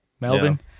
Melbourne